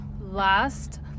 last